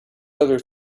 other